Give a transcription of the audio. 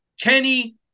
Kenny